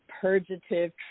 purgative